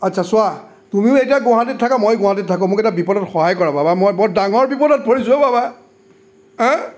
আচ্ছা চোৱা তুমিও এতিয়া গুৱাহাটীত থাকা ময়ো গুৱাহাটীত থাকোঁ মোক এটা বিপদত সহায় কৰা বাবা মই বৰ ডাঙৰ বিপদত পৰিছোঁ অ' বাবা আঁ